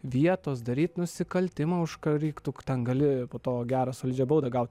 vietos daryt nusikaltimą už ką reiktų ten gali po to gerą solidžią baudą gaut